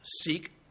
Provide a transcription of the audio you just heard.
seek